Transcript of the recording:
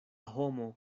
homo